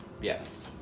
Yes